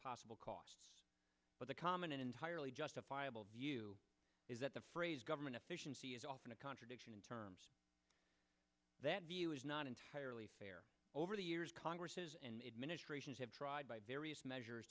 possible cost but the common entirely justifiable view is that the phrase government efficiency is often a contradiction in terms that view is not entirely fair over the years congresses and administrations have tried by various measures